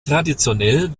traditionell